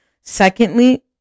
Secondly